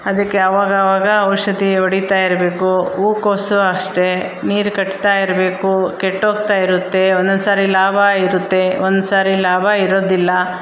ಅದಕ್ಕೆ ಆವಾಗಾವಾಗ ಔಷಧಿ ಹೊಡಿತಾ ಇರಬೇಕು ಹೂಕೋಸು ಅಷ್ಟೇ ನೀರು ಕಟ್ತಾಯಿರ್ಬೇಕು ಕೆಟ್ಟೋಗ್ತಾಯಿರುತ್ತೆ ಒನ್ನೊಂನ್ಸಾರಿ ಲಾಭ ಇರುತ್ತೆ ಒನ್ನೊಂನ್ಸಾರಿ ಲಾಭ ಇರೋದಿಲ್ಲ